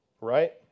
Right